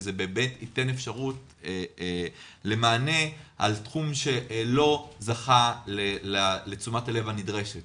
וזה באמת ייתן מענה לתחום שלא זכה לתשומת הלב הנדרשת,